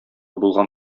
булган